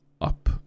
up